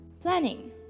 Planning